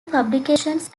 publications